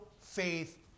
faith